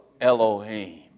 Elohim